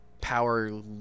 Power